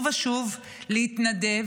שבוחרים שוב ושוב להתנדב,